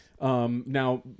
Now